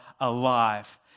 alive